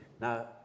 Now